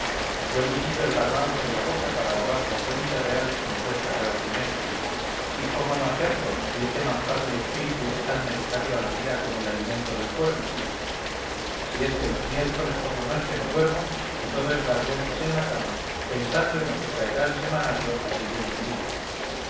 yo me quito el garbanzo de la boca para ahorrar los reales que me cuesta cada trimestre y cómo no hacerlo si este manjar del espíritu es tan necesario a la vida como el alimento del cuerpo así es que los miércoles por la noche no duermo y todo es dar vueltas en la cama pensando en lo que traerá el semanario al siguiente día